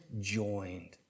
joined